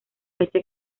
fecha